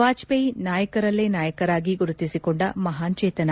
ವಾಜಪೇಯಿ ನಾಯಕರಲ್ಲೇ ನಾಯಕರಾಗಿ ಗುರುತಿಸಿಕೊಂಡ ಮಹಾನ್ ಚೇತನ